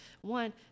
one